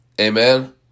Amen